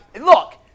Look